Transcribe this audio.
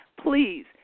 Please